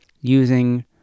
using